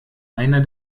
einer